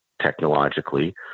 technologically